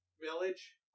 village